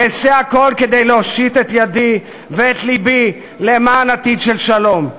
אעשה הכול כדי להושיט את ידי ואת לבי למען עתיד של שלום.